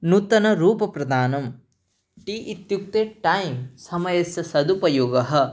नूतनरूपप्रदानं T इत्युक्ते टैं समयस्य सदुपयोगः